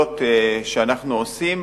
הפעולות שאנחנו עושים.